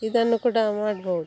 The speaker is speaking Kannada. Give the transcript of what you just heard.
ಇದನ್ನು ಕೂಡ ಮಾಡ್ಬೌದು